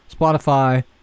Spotify